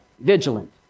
vigilant